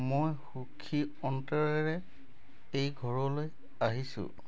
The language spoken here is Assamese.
মই সুখী অন্তৰেৰে এই ঘৰলৈ আহিছোঁ